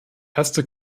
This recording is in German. erste